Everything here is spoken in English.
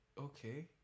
okay